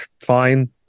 fine